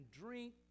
drink